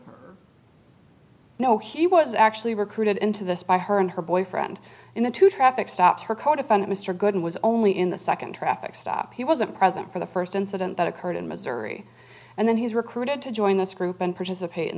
was no he was actually recruited into this by her and her boyfriend in the two traffic stops her codefendant mr goulden was only in the second traffic stop he wasn't present for the first incident that occurred in missouri and then he's recruited to join this group and participate in